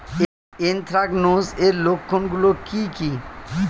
Anthracnose এর লক্ষণ গুলো কি কি?